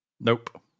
Nope